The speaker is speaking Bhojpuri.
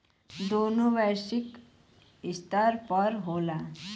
दोनों वैश्विक स्तर पर होला